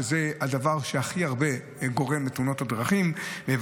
שזה הדבר שגורם לתאונות הדרכים הכי הרבה,